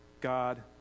God